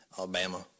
Alabama